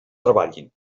treballin